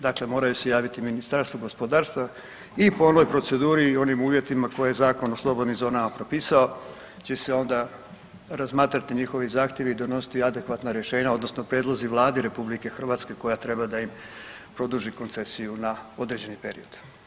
Dakle, moraju se javiti Ministarstvu gospodarstva i po onoj proceduri i onim uvjetima koje je zakon u slobodnim zonama propisao će se onda razmatrati njihovi zahtjevi i donositi adekvatna rješenja odnosno prijedlozi Vladi RH koja treba da im produži koncesiju na određeni period.